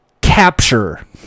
capture